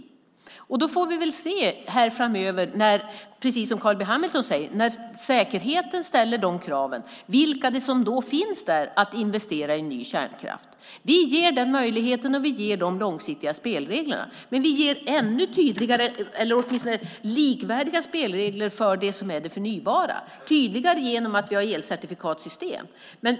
Som Carl B Hamilton säger: När säkerheten ställer krav vilka är det då som finns där för att investera i ny kärnkraft? Vi ger möjligheten och vi ger de långsiktiga spelreglerna. Men vi ger likvärdiga spelregler för det förnybara - tydligare genom att vi har elcertifikatssystem.